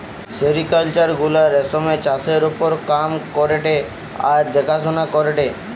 sericulture গুলা রেশমের চাষের ওপর কাম করেটে আর দেখাশোনা করেটে